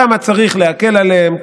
כמה צריך להקל עליהם,